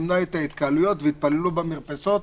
למנוע את ההתקהלויות והתפללו במרפסות.